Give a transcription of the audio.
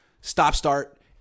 stop-start